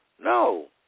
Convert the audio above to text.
No